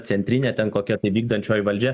centrinė ten kokia vykdančioji valdžia